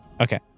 Okay